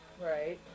Right